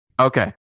Okay